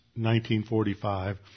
1945